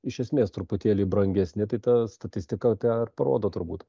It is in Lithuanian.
iš esmės truputėlį brangesni tai ta statistika tą ir parodo turbūt